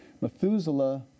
Methuselah